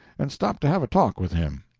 and stopped to have a talk with him.